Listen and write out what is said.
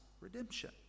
redemption